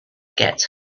get